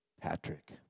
Patrick